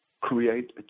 create